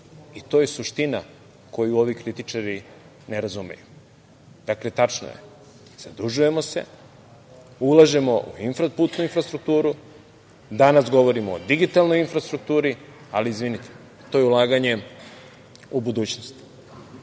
I to je suština koju ovi kritičari ne razumeju. Dakle, tačno je, zadužujemo se, ulažemo u putnu infrastrukturu, danas govorimo o digitalnoj infrastrukturi, ali, izvinite, to je ulaganje u budućnost,